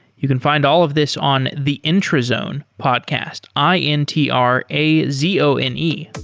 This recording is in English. you can find all of this on the intrazone podcast, i n t r a z o n e.